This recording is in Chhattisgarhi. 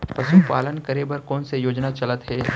पशुपालन करे बर कोन से योजना चलत हे?